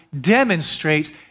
demonstrates